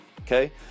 okay